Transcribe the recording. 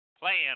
playing